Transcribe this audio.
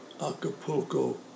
Acapulco